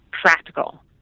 practical